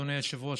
אדוני היושב-ראש,